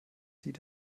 sieht